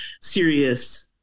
serious